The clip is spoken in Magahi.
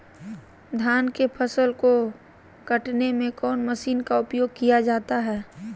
धान के फसल को कटने में कौन माशिन का उपयोग किया जाता है?